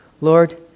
Lord